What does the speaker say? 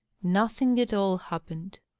nothing at all happened.